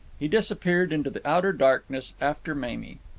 he disappeared into the outer darkness after mamie.